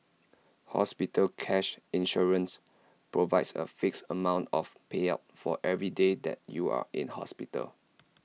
hospital cash insurance provides A fixed amount of payout for every day that you are in hospital